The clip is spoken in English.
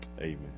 Amen